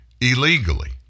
illegally